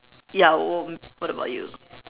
ya w~ what about you